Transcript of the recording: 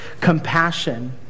compassion